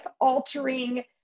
altering